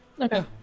Okay